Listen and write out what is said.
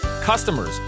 Customers